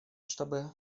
чтобы